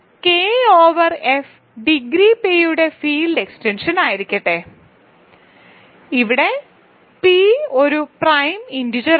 K over F degree P യുടെ field എക്സ്റ്റൻഷനായിരിക്കട്ടെ ഇവിടെ പി ഒരു പ്രൈം ഇൻറിജറാണ്